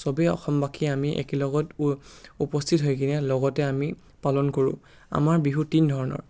চবেই অসমবাসীয়ে আমি একেলগত উ উপস্থিত হৈ কিনে লগতে আমি পালন কৰোঁ আমাৰ বিহু তিনি ধৰণৰ